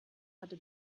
hatte